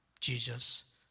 Jesus